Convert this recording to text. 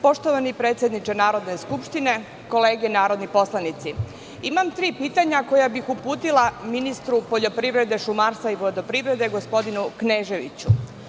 Poštovani predsedniče Narodne skupštine, kolege narodni poslanici, imam tri pitanja koja bih uputila ministru poljoprivrede, šumarstva i vodoprivrede, gospodinu Kneževiću.